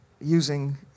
using